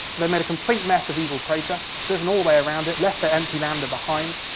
they made a complete mess of eagle crater, driven all the way around it, left their empty lander behind.